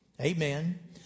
Amen